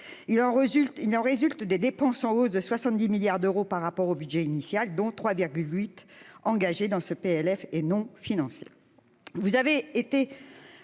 Il en résulte des dépenses en hausse de 70 milliards d'euros par rapport au budget initial, dont 3,8 milliards engagés dans ce projet de loi de finances